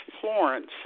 Florence